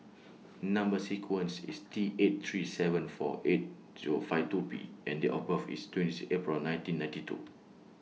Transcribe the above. Number sequence IS T eight three seven four eight Zero five two P and Date of birth IS twenty six April nineteen ninety two